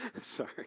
Sorry